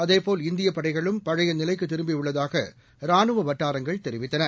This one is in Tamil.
அதேபோல் இந்தியப் படைகளும் பழைய நிலைக்கு திரும்பியுள்ளதாக ரானுவ வட்டாரங்கள் தெரிவித்தன